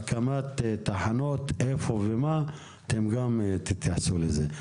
להקמת תחנות, איפה ומה, תתייחסו גם לזה.